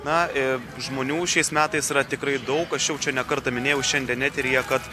na ir žmonių šiais metais yra tikrai daug aš jaučiu ne kartą minėjau šiandien eteryje kad